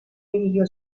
dirigió